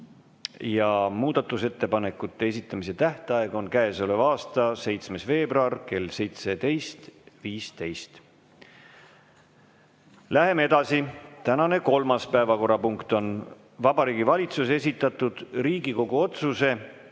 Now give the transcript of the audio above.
Muudatusettepanekute esitamise tähtaeg on käesoleva aasta 7. veebruar kell 17.15. Läheme edasi. Tänane kolmas päevakorrapunkt on Vabariigi Valitsuse esitatud Riigikogu otsuse